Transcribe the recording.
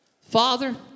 Father